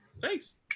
Thanks